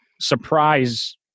surprise